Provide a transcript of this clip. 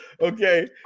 Okay